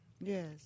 Yes